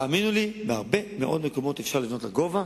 תאמינו לי שבהרבה מאוד מקומות אפשר לבנות לגובה